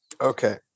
Okay